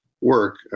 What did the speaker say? work